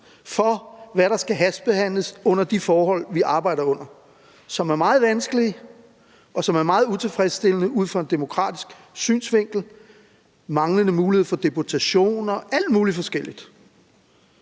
for, hvad der skal hastebehandles under de forhold, vi arbejder under, som er meget vanskelige, og som er meget utilfredsstillende ud fra en demokratisk synsvinkel; det gælder manglende mulighed for deputationer og alt muligt forskelligt.